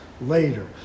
later